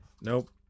Nope